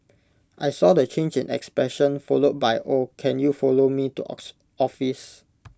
I saw the change in expression followed by oh can you follow me to office